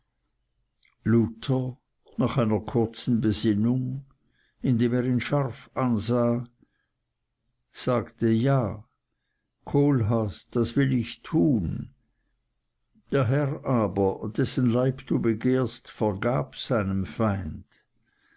nach einer kurzen besinnung indem er ihn scharf ansah sagte ja kohlhaas das will ich tun der herr aber dessen leib du begehrst vergab seinem feind